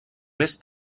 més